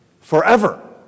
forever